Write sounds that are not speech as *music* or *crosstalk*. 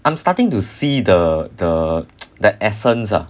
I'm starting to see the the *noise* the essence ah